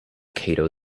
cato